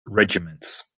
regiments